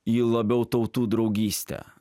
į labiau tautų draugystę